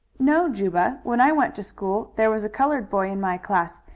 no juba, when i went to school there was a colored boy in my class,